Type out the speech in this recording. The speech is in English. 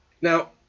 Now